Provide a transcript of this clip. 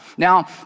Now